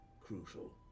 crucial